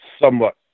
somewhat